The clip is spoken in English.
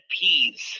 peas